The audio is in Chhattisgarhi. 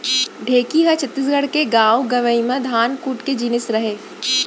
ढेंकी ह छत्तीसगढ़ के गॉंव गँवई म धान कूट के जिनिस रहय